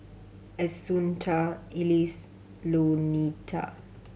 Assunta Ellis Louetta